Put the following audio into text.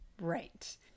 right